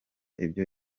ibyo